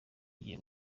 kigiye